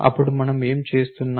అప్పుడు మనం ఏం చేస్తున్నాం